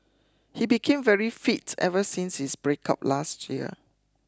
he became very fit ever since his breakup last year